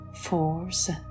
force